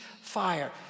fire